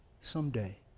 Someday